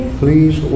please